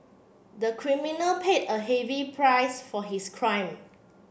the criminal paid a heavy price for his crime